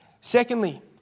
Secondly